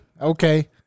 Okay